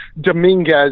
Dominguez